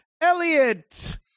Elliot